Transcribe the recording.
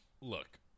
look